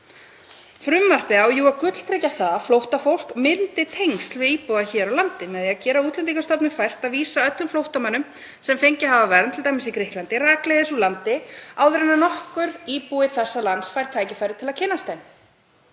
Frumvarpið á jú að gulltryggja það að flóttafólk myndi ekki tengsl við íbúa hér á landi með því að gera Útlendingastofnun fært að vísa öllum flóttamönnum sem fengið hafa vernd, t.d. í Grikklandi, rakleiðis úr landi áður en nokkur íbúi þessa lands fær tækifæri til að kynnast þeim.